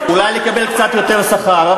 כדי שאולי נקבל קצת יותר שכר.